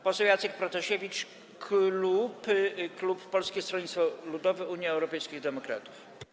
Poseł Jacek Protasiewicz, klub Polskiego Stronnictwa Ludowego - Unii Europejskich Demokratów.